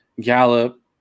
Gallup